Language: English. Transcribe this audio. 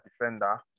defender